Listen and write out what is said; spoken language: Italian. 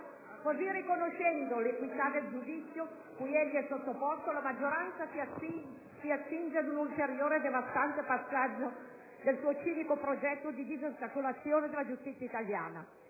così riconoscendo l'equità del giudizio cui egli è stato sottoposto, la maggioranza si accinge ad un ulteriore, devastante passaggio del suo cinico progetto di disarticolazione della giustizia italiana.